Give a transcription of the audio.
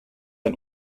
ein